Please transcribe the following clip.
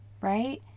right